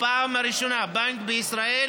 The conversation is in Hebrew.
בפעם הראשונה בישראל,